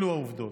אלו העובדות.